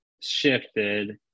shifted